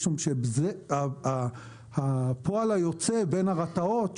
משום שהפועל היוצא בין הרת"אות,